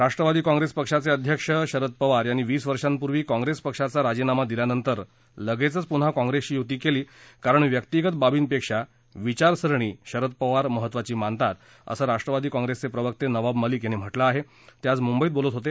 Rashtrawadi Congress पक्षाचे अध्यक्ष शरद पवार यांनी वीस वर्षापूर्वी काँग्रेस पक्षाचा राजीनामा दिल्यानंतर लगेचच काँग्रेसची युती केली होती यांच कारण व्यक्तिगत बाबींपेक्षा विचारसरणी पवार महत्वाची मानतात असं राष्ट्रवादी काँग्रेसचे प्रवक्ते नवाब मलिक यांनी म्हटलं आहे ते आज मुंबईत बोलत होते